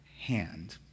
hand